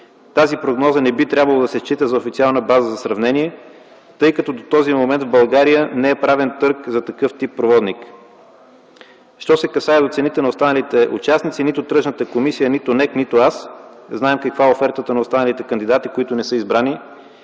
Тази прогноза не би трябвало да се счита официална база за сравнение, тъй като до момента в България не е правен търг за такъв тип проводник. Що се отнася до цените на останалите участници, нито Тръжната комисия, нито НЕК, нито аз знаем какви са офертите на останалите кандидати, които не са избрани.